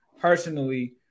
personally